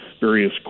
various